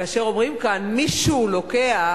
כאשר אומרים כאן, מישהו לוקח,